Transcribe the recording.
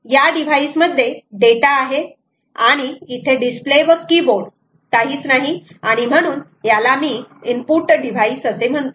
या डिव्हाइस मध्ये डेटा आहे आणि इथे डिस्प्ले व कीबोर्ड नाही आणि म्हणून याला मी इनपुट डिव्हाइस असे म्हणतो